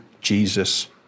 Jesus